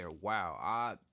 Wow